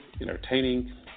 entertaining